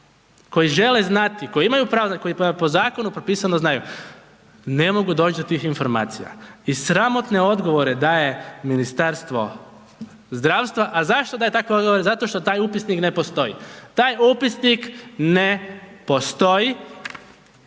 koji žele znati, koji imaju pravo po zakonu propisano znaju, ne mogu doći do tih informacija i sramotne odgovore daje Ministarstvo zdravstva, a zašto daje takve odgovore? Zato što taj upisnik ne postoji. Taj upisnik ne postoji